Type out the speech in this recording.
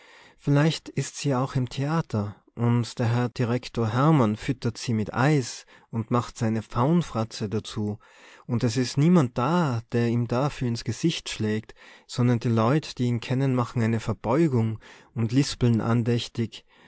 vielleicht is se auch im theater und der direktor hermann füttert se mit eis und macht seine faunfratze dazu und es is niemand da der ihm dafür ins gesicht schlägt sondern die leut die ihn kennen machen eine verbeugung und lispeln andächtig